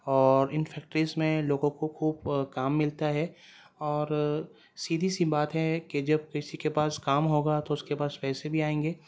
اور ان فیکٹریز میں لوگوں کو خوب کام ملتا ہے اور سیدھی سی بات ہے کہ جب کسی کے پاس کام ہوگا تو اس کے پاس پیسے بھی آئیں گے